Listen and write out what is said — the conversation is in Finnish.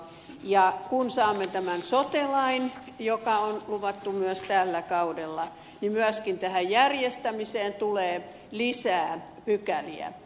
ja kun saamme tämän sote lain joka myös on luvattu tällä kaudella niin myöskin tähän järjestämiseen tulee lisää pykäliä